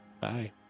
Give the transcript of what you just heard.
Bye